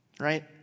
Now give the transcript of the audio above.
right